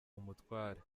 umutware